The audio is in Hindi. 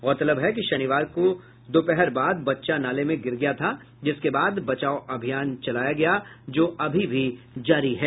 गौरतलब है कि शनिवार को दोपहर बाद बच्चा नाले में गिर गया था जिसके बाद बचाव अभियान चलाया गया जो अभी भी जारी है